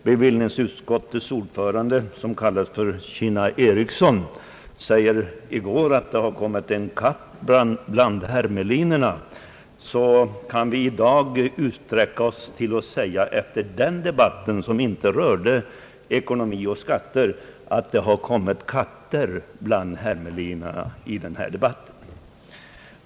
Bevillningsutskottets ordförande som ' populärt kallas Kinna Ericsson sade i går, att det kommit en katt bland hermelinerna. Kan vi inte efter den debatt som ägt rum i dag och som inte rörde ekonomi och skatter säga att det kommit katter bland hermelinerna?